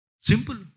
Simple